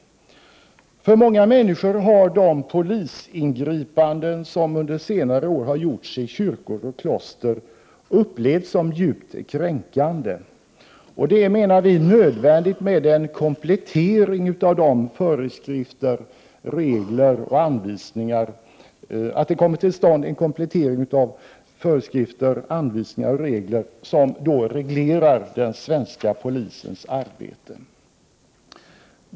För många människor har de polisingripanden som under senare år har gjorts i kyrkor och kloster upplevts som djupt kränkande. Det är, menar vi, nödvändigt med en komplettering av de föreskrifter och anvisningar som reglerar den svenska polisens arbete.